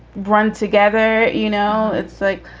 run together. you know, it's like